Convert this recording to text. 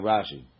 Rashi